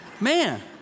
Man